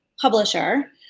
publisher